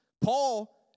Paul